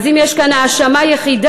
אז אם יש כאן האשמה יחידה,